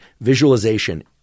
visualization